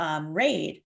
raid